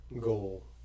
goal